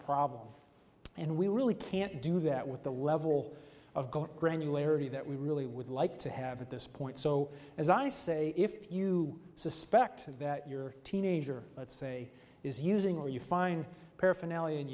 problem and we really can't do that with the level of granularity that we really would like to have at this point so as i say if you suspect that your teenager let's say is using or you fine paraphernalia and